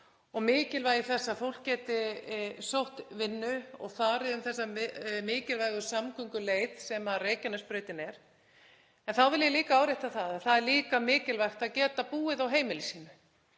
og mikilvægi þess að fólk geti sótt vinnu og farið um þessa mikilvægu samgönguleið sem Reykjanesbrautin er. En þá vil ég árétta að það er líka mikilvægt að geta búið á heimili sínu